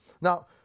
Now